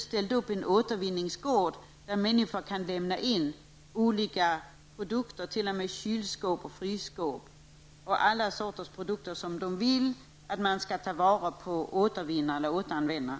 ställt upp en återvinningsgård där människor kan lämna olika produkter, t.o.m. kylskåp och frysskåp samt allt annat som de vill skall tillvaratas genom återvinning.